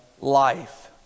life